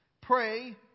Pray